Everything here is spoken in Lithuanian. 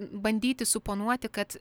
bandyti suponuoti kad